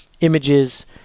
images